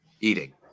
eating